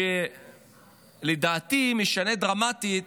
שלדעתי משנה דרמטית